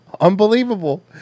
Unbelievable